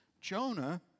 Jonah